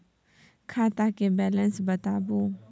खाता के बैलेंस बताबू?